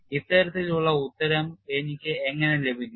ഇത്തരത്തിലുള്ള ഉത്തരം എനിക്ക് എങ്ങനെ ലഭിക്കും